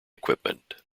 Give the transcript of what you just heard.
equipment